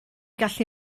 gallu